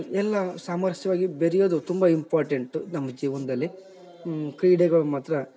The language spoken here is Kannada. ಎಲ್ಲ ಸಾಮರಸ್ಯವಾಗಿ ಬೆರೆಯೋದು ತುಂಬ ಇಂಪಾರ್ಟೆಂಟು ನಮ್ಮ ಜೀವನದಲ್ಲಿ ಕ್ರೀಡೆಗಳು ಮಾತ್ರ